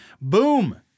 Boom